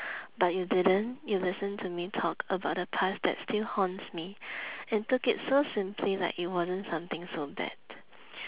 but you didn't you listened to me talk about the past that still haunts me and took it so simply like it wasn't something so bad